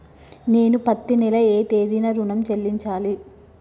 నేను పత్తి నెల ఏ తేదీనా ఋణం చెల్లించాలి?